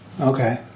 Okay